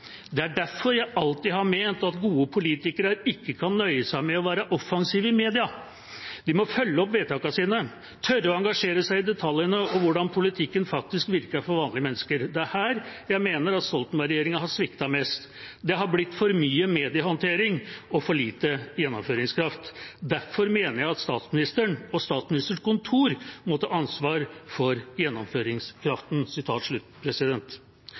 «Det er derfor jeg alltid har ment at gode politikere ikke kan nøye seg med å være offensive i media, de må følge opp vedtakene sine, tørre å engasjere seg i detaljene og hvordan politikken faktisk virker for vanlige mennesker. Det er her jeg mener Stoltenberg-regjeringen har sviktet mest. Det har blitt for mye mediehåndtering og for lite gjennomføringskraft. Derfor mener jeg at statsministeren og statsministerens kontor må ta ansvaret for gjennomføringskraften.»